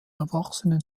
erwachsenen